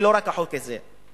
ולא רק החוק הזה,